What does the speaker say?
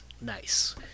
Nice